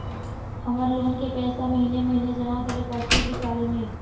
हमर लोन के पैसा महिने महिने जमा करे पड़तै कि साल में?